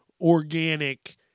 organic